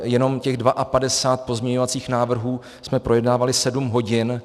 Jenom těch 52 pozměňovacích návrhů jsme projednávali sedm hodin.